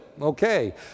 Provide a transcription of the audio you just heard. Okay